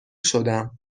شدم